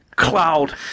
Cloud